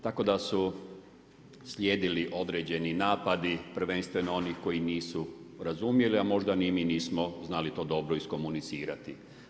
Tako da su slijedili određeni napadi prvenstveno onih koji nisu razumjeli, a možda ni mi nismo znali to dobro iskomunicirati.